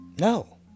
No